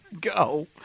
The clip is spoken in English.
Go